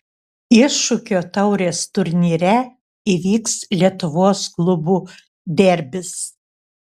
iššūkio taurės turnyre įvyks lietuvos klubų derbis